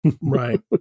Right